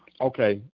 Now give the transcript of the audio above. Okay